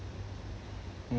mm